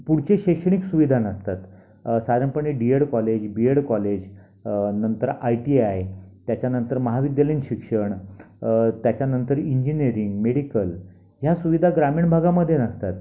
पुढचे शैक्षणिक सुविधा नसतात साधारणपणे D Ed college B Ed college नंतर आय टी आय त्याच्या नंतर महाविद्यालयीन शिक्षण त्याच्या नंतर इंजिनीयरिंग मेडिकल ह्या सुविधा ग्रामीण भागामध्ये नसतात